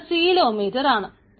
അത് സിലോമീറ്റർ ആണ്